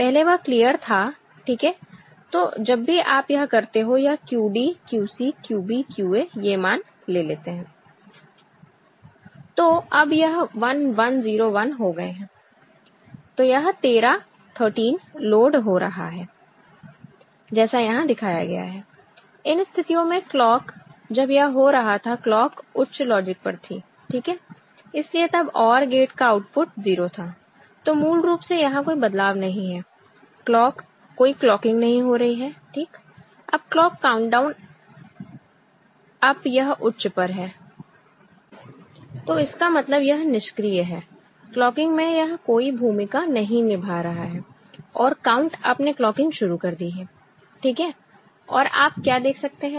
पहले वह क्लियर था ठीक है तो जब भी आप यह करते हो यह QD QC QB QA ये मान ले लेते हैं तो अब यह 1 1 0 1 हो गए हैं तो यह 13 लोड हो रहा है जैसा यहां दिखाया गया है इन स्थितियों में क्लॉक जब यह हो रहा था क्लॉक उच्च लॉजिक पर थी ठीक है इसलिए तब OR गेट का आउटपुट 0 था तो मूल रूप से यहां कोई बदलाव नहीं हैक्लॉक कोई क्लॉकिंग नहीं हो रही है ठीक अब क्लॉक काउंटडाउन अप यह उच्च पर है तो इसका मतलब यह निष्क्रिय है क्लॉकिंग में यह कोई भूमिका नहीं निभा रहा है और काउंट अप ने क्लॉकिंग शुरू कर दी है ठीक है और आप क्या देख सकते हैं